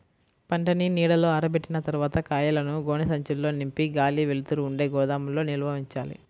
పంటని నీడలో ఆరబెట్టిన తర్వాత కాయలను గోనె సంచుల్లో నింపి గాలి, వెలుతురు ఉండే గోదాముల్లో నిల్వ ఉంచాలి